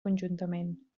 conjuntament